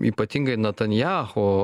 ypatingai natanyahu